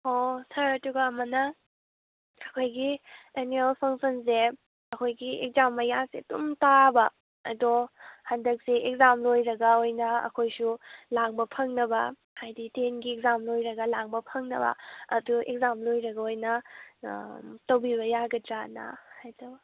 ꯑꯣ ꯁꯔ ꯑꯗꯨꯒ ꯑꯃꯅ ꯑꯩꯈꯣꯏꯒꯤ ꯑꯦꯟꯅꯨꯌꯦꯜ ꯐꯪꯁꯟꯁꯦ ꯑꯩꯈꯣꯏꯒꯤ ꯑꯦꯛꯁꯖꯥꯝ ꯃꯌꯥꯁꯦ ꯑꯗꯨꯝ ꯇꯥꯕ ꯑꯗꯣ ꯍꯟꯗꯛꯁꯦ ꯑꯦꯛꯁꯖꯥꯝ ꯂꯣꯏꯔꯒ ꯑꯣꯏꯅ ꯑꯩꯈꯣꯏꯁꯨ ꯂꯥꯡꯕ ꯐꯪꯅꯕ ꯍꯥꯏꯗꯤ ꯇꯦꯟꯒꯤ ꯑꯦꯛꯁꯖꯥꯝ ꯂꯣꯏꯔꯒ ꯂꯥꯡꯕ ꯐꯪꯅꯕ ꯑꯗꯨ ꯑꯦꯛꯁꯖꯥꯝ ꯂꯣꯏꯔꯒ ꯑꯣꯏꯅ ꯇꯧꯕꯤꯕ ꯌꯥꯒꯗ꯭ꯔꯅ ꯍꯥꯏꯖꯕ